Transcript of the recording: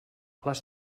les